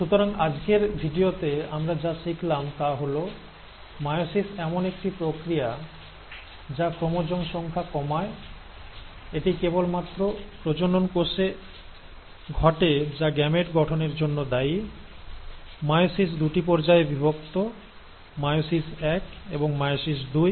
সুতরাং আজকের ভিডিওতে আমরা যা শিখলাম তা হল মায়োসিস এমন একটি প্রক্রিয়া যা ক্রোমোজোম সংখ্যা কমায় এটি কেবল মাত্র প্রজনন কোষে ঘটে যা গ্যামেট গঠনের জন্য দায়ী মায়োসিস দুটি পর্যায়ে বিভক্ত মায়োসিস এক এবং মায়োসিস দুই